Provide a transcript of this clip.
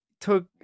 took